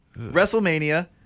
WrestleMania